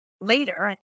later